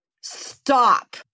Stop